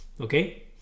okay